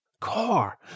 Car